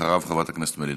אחריו, חברת הכנסת מלינובסקי.